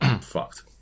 fucked